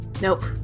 Nope